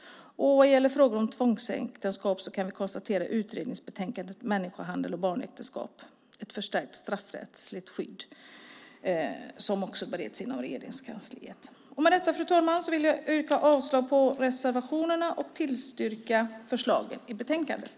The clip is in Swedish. Vad gäller tvångsäktenskap kan vi konstatera att utredningsbetänkandet Människohandel och barnäktenskap - förstärkt straffrättsligt skydd bereds inom Regeringskansliet. Med detta, fru talman, yrkar jag avslag på reservationerna och bifall till förslaget i betänkandet.